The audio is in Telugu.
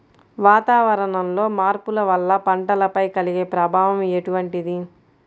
వాతావరణంలో మార్పుల వల్ల పంటలపై కలిగే ప్రభావం ఎటువంటిది?